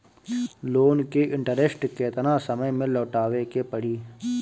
Loan के interest केतना समय में लौटावे के पड़ी?